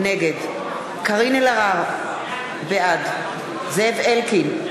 נגד קארין אלהרר, בעד זאב אלקין,